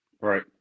Right